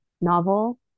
novel